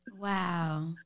Wow